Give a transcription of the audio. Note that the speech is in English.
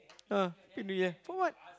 !huh! you can do yeah for what